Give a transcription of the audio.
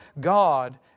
God